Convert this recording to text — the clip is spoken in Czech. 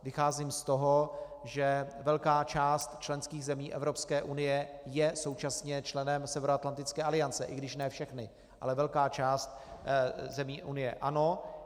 Vycházím z toho, že velká část členských zemí Evropské unie je současně členem Severoatlantické aliance, i když ne všechny, ale velká část zemí Unie ano.